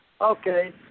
Okay